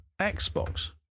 Xbox